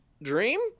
Dream